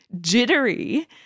jittery